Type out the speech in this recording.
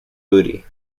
booty